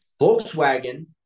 Volkswagen